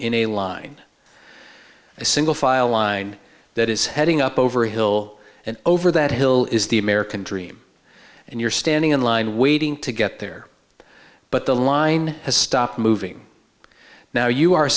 a line a single file line that is heading up over a hill and over that hill is the american dream and you're standing in line waiting to get there but the line has stopped moving now you are